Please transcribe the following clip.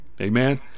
amen